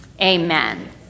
amen